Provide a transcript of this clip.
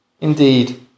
Indeed